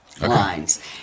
lines